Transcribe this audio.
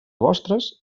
vostres